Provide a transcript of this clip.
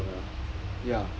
corner to corner